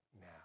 now